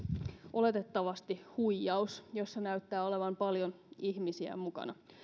oletettavasti huijaus jossa näyttää olevan paljon ihmisiä mukana